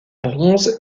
bronze